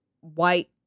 white